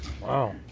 Wow